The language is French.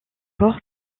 encore